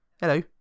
Hello